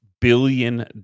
billion